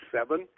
seven